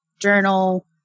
journal